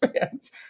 fans